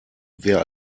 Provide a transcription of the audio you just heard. wer